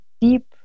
deep